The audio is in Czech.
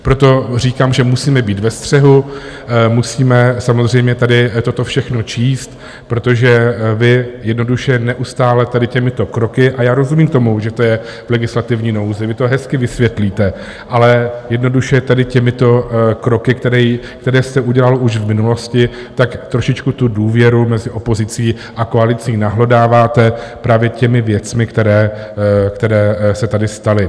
Proto říkám, že musíme být ve střehu, musíme samozřejmě tady toto všechno číst, protože vy jednoduše neustále tady těmito kroky a já rozumím tomu, že to je v legislativní nouzi, vy to hezky vysvětlíte ale jednoduše tady těmito kroky, které jste udělal už v minulosti, trošičku důvěru mezi opozicí a koalicí nahlodáváte, právě těmi věcmi, které se tady staly.